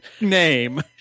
name